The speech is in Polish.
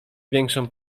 większą